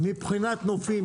מבחינת נופים,